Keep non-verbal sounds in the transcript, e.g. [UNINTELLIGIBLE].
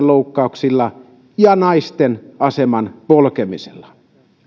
[UNINTELLIGIBLE] loukkauksilla ja naisten aseman polkemisella